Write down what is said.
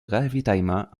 ravitaillement